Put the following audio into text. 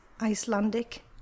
Icelandic